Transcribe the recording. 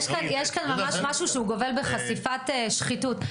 יש כאן ממש משהו שהוא גובל בחשיפת שחיתות,